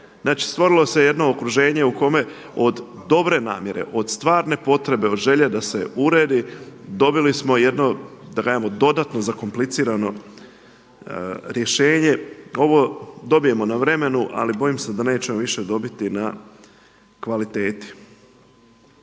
Znači, stvorilo se jedno okruženje u kojem od dobre namjere, od stvarne potrebe, od želje da se uredi dobili smo jedno dodatno da kažemo zakomplicirano rješenje. Ovo dobijemo na vremenu ali bojim se da nećemo više dobiti na kvaliteti.